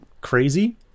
crazy